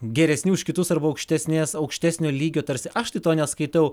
geresni už kitus arba aukštesnės aukštesnio lygio tarsi aš to neskaitau